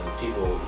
people